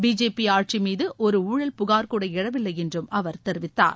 BJP ஆட்சி மீது ஒரு ஊழல் புகார் கூட எழவில்லை என்றும் அவர் தெரிவித்தார்